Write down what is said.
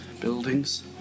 buildings